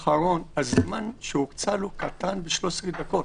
הזמן שהוקצה למבחן האחרון קטן ב-13 דקות,